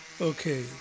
Okay